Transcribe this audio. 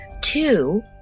Two